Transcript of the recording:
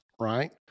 right